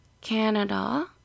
Canada